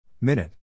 Minute